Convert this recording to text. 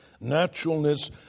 naturalness